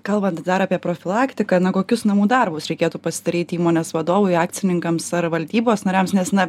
kalbant dar apie profilaktiką na kokius namų darbus reikėtų pasidaryt įmonės vadovui akcininkams ar valdybos nariams nes na